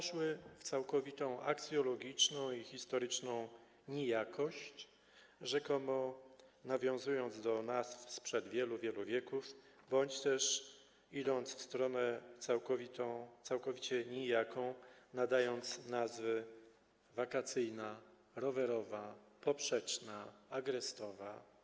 Poszły w całkowitą aksjologiczną i historyczną nijakość, rzekomo nawiązując do nazw sprzed wielu, wielu wieków bądź też idąc w stronę całkowicie nijaką, nadając nazwy: Wakacyjna, Rowerowa, Poprzeczna, Agrestowa.